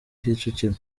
kicukiro